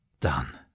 Done